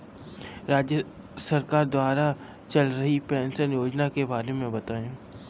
राज्य सरकार द्वारा चल रही पेंशन योजना के बारे में बताएँ?